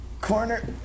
corner